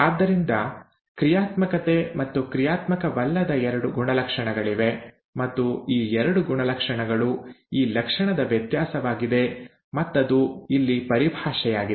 ಆದ್ದರಿಂದ ಕ್ರಿಯಾತ್ಮಕತೆ ಮತ್ತು ಕ್ರಿಯಾತ್ಮಕವಲ್ಲದ ಎರಡು ಗುಣಲಕ್ಷಣಗಳಿವೆ ಮತ್ತು ಈ ಎರಡು ಗುಣಲಕ್ಷಣಗಳು ಈ ಲಕ್ಷಣದ ವ್ಯತ್ಯಾಸವಾಗಿದೆ ಮತ್ತದು ಇಲ್ಲಿ ಪರಿಭಾಷೆಯಾಗಿದೆ